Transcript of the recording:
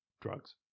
drugs